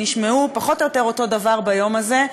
נשמעו פחות או יותר אותו דבר ביום הזה.